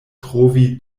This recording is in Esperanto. trovi